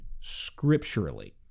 scripturally